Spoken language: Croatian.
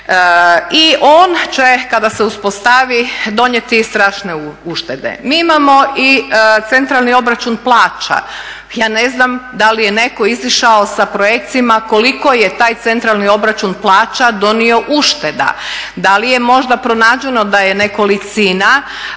I on će kada se uspostavi donijeti strašne uštede. Mi imamo i centralni obračun plaća. Ja ne znam da li je netko izišao sa …/Govornik se ne razumije./… koliko je taj centralni obračun plaća donio ušteda. Da li je možda pronađeno da je nekolicina